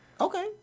Okay